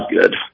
good